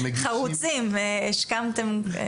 חרוצים, השקמתם.